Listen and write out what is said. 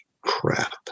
crap